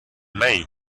may